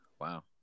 Wow